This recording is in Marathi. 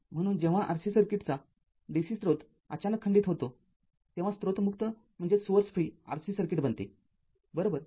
म्हणून जेव्हा RC सर्किटचा dc स्त्रोत अचानक खंडित होतोतेव्हा स्त्रोत मुक्त RC सर्किट बनते बरोबर